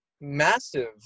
massive